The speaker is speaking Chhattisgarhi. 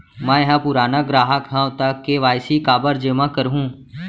मैं ह पुराना ग्राहक हव त के.वाई.सी काबर जेमा करहुं?